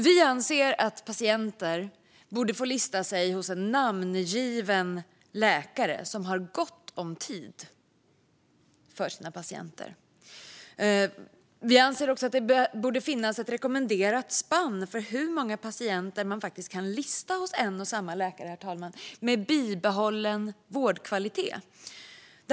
Vi anser att patienter borde få lista sig hos en namngiven läkare som har gott om tid för sina patienter. Vi anser också att det borde finnas ett rekommenderat spann för hur många patienter man faktiskt kan lista hos en och samma läkare med bibehållen vårdkvalitet, herr talman.